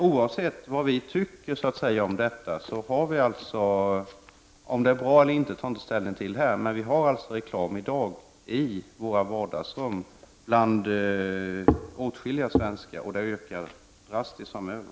Oavsett vad vi tycker om det så har vi alltså — om det är bra eller inte tar jag inte ställning till nu — reklam i dag i våra vardagsrum hos åtskilliga svenskar, och den ökar drastiskt framöver.